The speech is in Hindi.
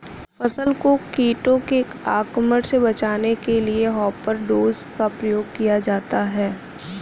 फसल को कीटों के आक्रमण से बचाने के लिए हॉपर डोजर का प्रयोग किया जाता है